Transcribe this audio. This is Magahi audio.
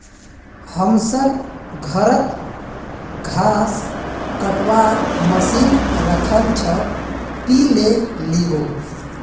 हमसर घरत घास कटवार मशीन रखाल छ, ती ले लिबो